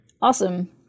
Awesome